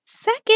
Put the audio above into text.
Second